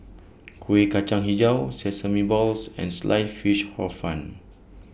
Kuih Kacang Hijau Sesame Balls and Sliced Fish Hor Fun